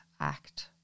act